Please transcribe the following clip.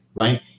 Right